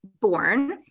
born